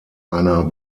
einer